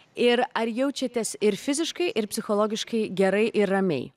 ir ar jaučiatės ir fiziškai ir psichologiškai gerai ir ramiai